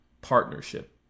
partnership